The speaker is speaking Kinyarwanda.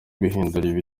guhindura